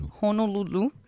Honolulu